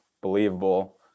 believable